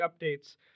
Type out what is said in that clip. updates